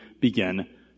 begin